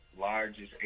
largest